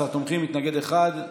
13 תומכים, מתנגד אחד.